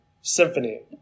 Symphony